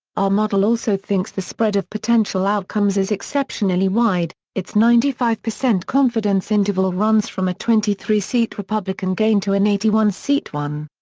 our model also thinks the spread of potential outcomes is exceptionally wide its ninety five percent confidence interval runs from a twenty three seat republican gain to an eighty one seat one.